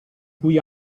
cui